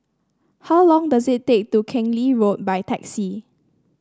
how long does it take to Keng Lee Road by taxi